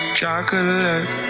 chocolate